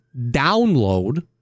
download